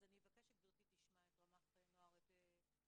אז אני אבקש שגבירתי תשמע את נצ"מ ברקוביץ